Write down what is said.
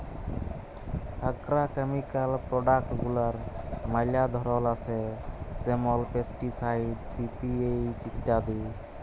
agrochemical product গুলার ম্যালা ধরল আসে যেমল পেস্টিসাইড, পি.পি.এইচ ইত্যাদি